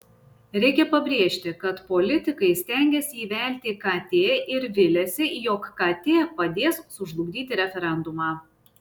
reikia pabrėžti kad politikai stengiasi įvelti kt ir viliasi jog kt padės sužlugdyti referendumą